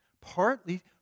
Partly